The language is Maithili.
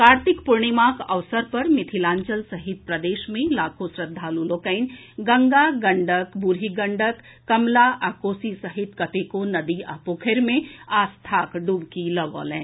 कार्तिक पूर्णिमाक अवसर पर मिथिलांचल सहित प्रदेश मे लाखों श्रद्वालु लोकनि गंगा गंडक बुढ़ी गंडक कमला आ कोसी सहित कतेको नदी आ पोखरि मे आस्थाक डुबकी लगओलनि